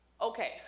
Okay